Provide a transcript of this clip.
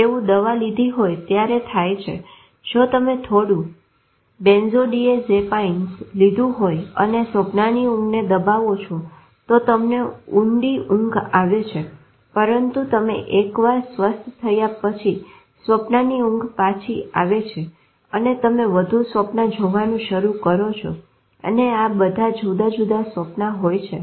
તેવું દવા લીધી હોય ત્યારે થાય છે જો તમે થોડુ બેન્ઝોડીઆઝેપાઈન્સ લીધું હોય અને સ્વપ્નાની ઊંઘને દબાવો છો તો તમને ઊંડી ઊંઘ આવે છે પરંતુ તમે એકવાર સ્વસ્થ થયા પછી સ્વપ્નની ઊંઘ પછી આવે છે અને તમે વધુ સ્વપ્ના જોવાનું શરુ કરો છો અને બધા જુદા જુદા સ્વપ્ના હોય છે